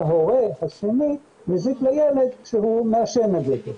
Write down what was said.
שההורה השני מזיק לילד כשהוא מעשן לידו.